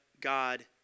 God